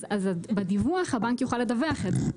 אז בדיווח הבנק יוכל לדווח על זה,